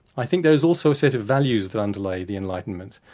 i think there is also a set of values that underlay the enlightenment,